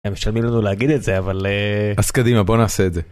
משלמים לנו להגיד את זה אבל, אז קדימה בוא נעשה את זה.